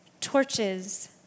torches